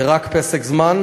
זה רק פסק זמן